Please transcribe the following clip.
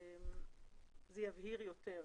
זה יבהיר יותר.